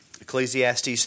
Ecclesiastes